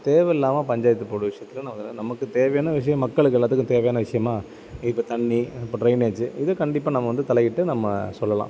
தேவைல்லாம panchayat board விஷயத்துல நம்ம நமக்கு தேவையான விஷயம் மக்களுக்கு எல்லாத்துக்கும் தேவையான விஷயமா இப்போ தண்ணி இப்போ ட்ரைனேஜு இது கண்டிப்பாக நம்ம வந்து தலையிட்டு நம்ம சொல்லலாம்